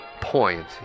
point